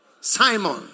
Simon